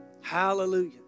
Hallelujah